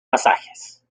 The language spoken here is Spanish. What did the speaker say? pasajes